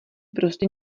prostě